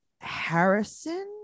Harrison